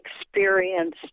experienced